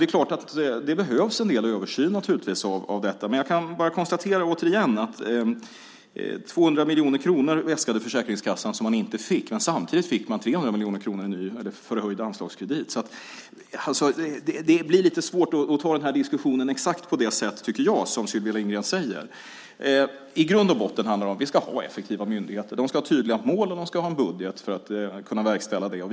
Det är klart att det behövs en del översyn av detta. Men jag kan återigen bara konstatera att Försäkringskassan äskade 200 miljoner kronor som man inte fick. Men samtidig fick man 300 miljoner kronor i förhöjd anslagskredit. Det blir lite svårt, tycker jag, att ta den här diskussionen exakt på det sätt som Sylvia Lindgren gör. I grund och botten handlar det om att vi ska ha effektiva myndigheter. De ska ha tydliga mål, och de ska ha en budget för att kunna verkställa dessa.